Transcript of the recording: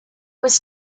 was